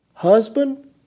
Husband